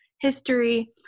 history